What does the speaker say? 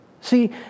See